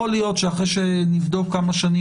יכול להיות שאחרי שנבדוק בעוד כמה שנים